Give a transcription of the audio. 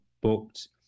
booked